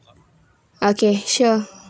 okay sure